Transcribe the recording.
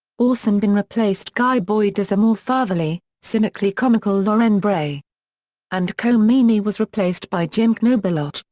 orson bean replaced guy boyd as a more fatherly, cynically-comical loren bray and colm meaney was replaced by jim knobeloch,